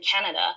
Canada